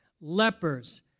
lepers